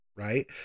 right